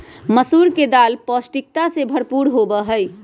मसूर के दाल पौष्टिकता से भरपूर होबा हई